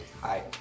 Hi